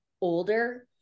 older